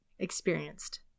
experienced